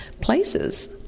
places